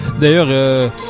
D'ailleurs